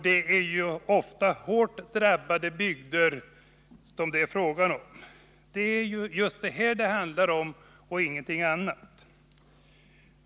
Det är ofta fråga om hårt drabbade bygder, och det är den saken det handlar om och ingenting annat.